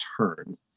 turn